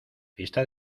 fiesta